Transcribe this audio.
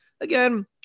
Again